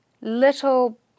little